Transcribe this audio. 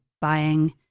buying